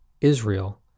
Israel